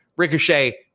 Ricochet